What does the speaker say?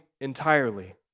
entirely